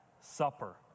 supper